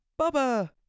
Bubba